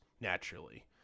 naturally